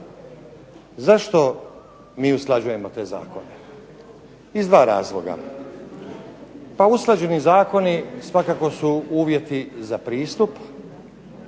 Zašto mi usklađujemo te zakone? Iz dva razloga. Pa usklađeni zakoni svakako su uvjeti za pristup